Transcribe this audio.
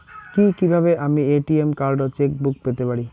কি কিভাবে আমি এ.টি.এম কার্ড ও চেক বুক পেতে পারি?